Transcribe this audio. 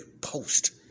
post